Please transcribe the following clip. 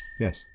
Yes